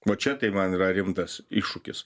va čia tai man yra rimtas iššūkis